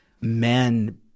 Men